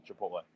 Chipotle